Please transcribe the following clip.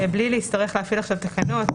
בלי להצטרך להפעיל עכשיו תקנות,